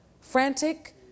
Frantic